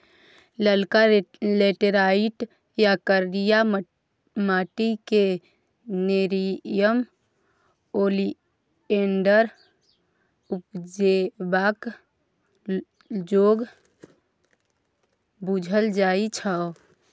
ललका लेटैराइट या करिया माटि क़ेँ नेरियम ओलिएंडर उपजेबाक जोग बुझल जाइ छै